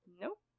Nope